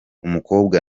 umukobwa